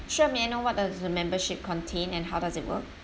sure may I know what does the membership contain and how does it work